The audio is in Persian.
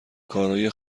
کارای